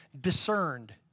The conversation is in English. discerned